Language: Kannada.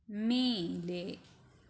ಮೇಲೆ